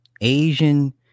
asian